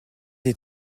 des